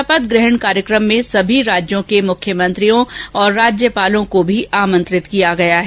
शपथ ग्रहण कार्यक्रम में सभी राज्यों के मुख्यमंत्रियों और राज्यपालों को भी आमंत्रित किया गया है